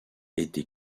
été